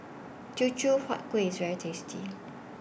Teochew Huat Kueh IS very tasty